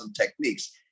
techniques